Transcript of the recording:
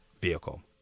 vehicle